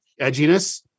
edginess